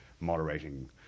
moderating